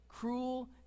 cruel